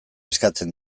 eskatzen